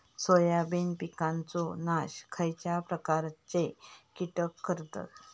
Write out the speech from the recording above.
Soybean पिकांचो नाश खयच्या प्रकारचे कीटक करतत?